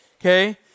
okay